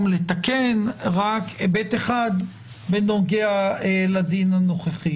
לתקן רק היבט אחד בנוגע לדין הנוכחי,